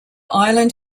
island